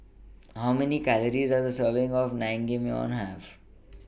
How Many Calories Does A Serving of Naengmyeon Have